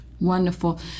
wonderful